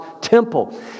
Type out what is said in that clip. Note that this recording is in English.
temple